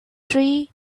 tree